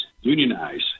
unionize